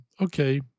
okay